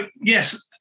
Yes